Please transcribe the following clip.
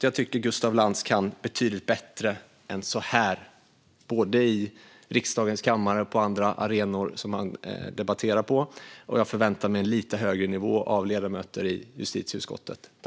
Jag tycker att Gustaf Lantz kan betydligt bättre än så här, både i riksdagens kammare och på andra arenor som han debatterar på. Jag förväntar mig en lite högre nivå av ledamöter i justitieutskottet.